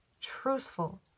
truthful